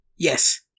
Yes